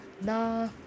Nah